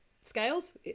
scales